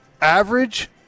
average